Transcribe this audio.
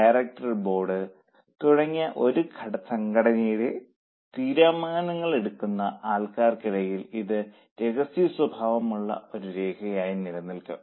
ഡയറക്ടർമാരുടെ board തുടങ്ങി ഒരു സംഘടനയുടെ തീരുമാനങ്ങളെടുക്കുന്ന ആൾക്കാർക്കിടയിൽ ഇത് രഹസ്യ സ്വഭാവമുള്ള ഒരു രേഖയായി നിലനിൽക്കും